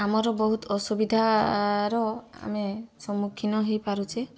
ଆମର ବହୁତ ଅସୁବିଧାର ଆମେ ସମ୍ମୁଖୀନ୍ ହେଇପାରୁଛେ